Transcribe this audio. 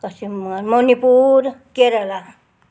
पश्चिम ब मणिपुर केरला